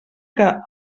que